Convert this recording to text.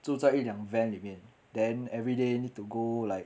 住在一辆 van 里面 then everyday need to go like